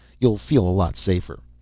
you'll feel a lot safer.